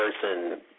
person